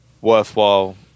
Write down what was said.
worthwhile